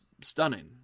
stunning